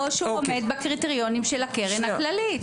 או שהוא עומד בקריטריונים של הקרן הכללית.